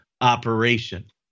operation